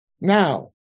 Now